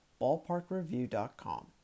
BallparkReview.com